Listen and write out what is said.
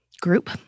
group